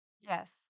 Yes